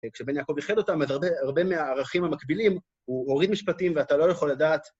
כשבן יעקב איחד אותם, הרבה מהערכים המקבילים, הוא הוריד משפטים ואתה לא יכול לדעת...